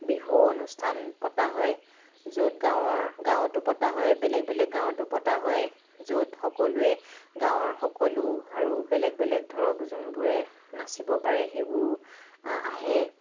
বিহু অনুষ্ঠান পতা হয় য'ত গাঁৱৰ গাঁৱতো পতা হয় বেলেগ বেলেগ গাঁৱতো পতা হয় য'ত সকলোৱে গাঁৱৰ সকলো আৰু বেলেগ বেলেগ ধৰক যোনবোৰে নাচিব পাৰে সেইবোৰো আহে